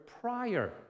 prior